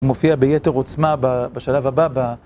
מופיע ביתר עוצמה בשלב הבא.